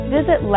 Visit